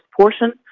portion